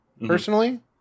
Personally